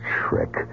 trick